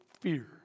Fear